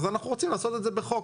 אז אנחנו רוצים לעשות את זה בחוק.